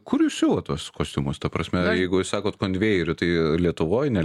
kur jūs siuvat tuos kostiumus ta prasme jeigu jūs sakot konvejeriu tai lietuvoj ne